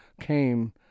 came